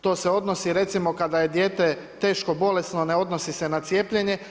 To se odnosi recimo, kada je dijete, teško bolesno, ne odnosi se na cijepljenje.